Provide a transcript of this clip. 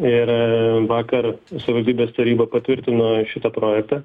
ir vakar savivaldybės taryba patvirtino šitą projektą